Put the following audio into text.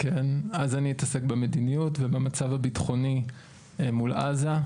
אז אני אתעסק במדיניות ובמצב הביטחוני מול עזה: